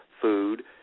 food